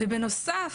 בנוסף,